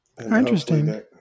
Interesting